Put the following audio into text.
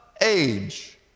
age